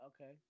okay